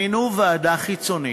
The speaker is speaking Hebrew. מינו ועדה חיצונית,